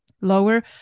lower